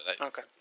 Okay